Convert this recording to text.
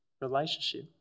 relationship